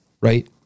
right